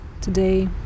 today